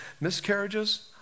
miscarriages